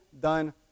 done